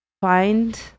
find